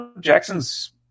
Jackson's –